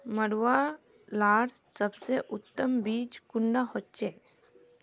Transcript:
मरुआ लार सबसे उत्तम बीज कुंडा होचए?